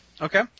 Okay